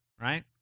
right